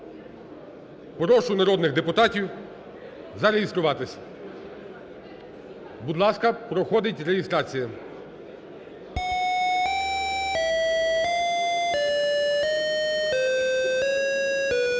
Прошу народних депутатів зареєструватись. Будь ласка, проходить реєстрація. 10:07:19